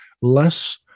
less